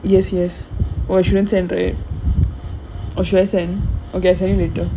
yes yes oh shouldn't send right or should I send okay I send you later